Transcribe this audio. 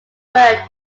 word